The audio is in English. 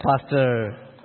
Pastor